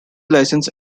licensed